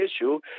issue